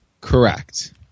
correct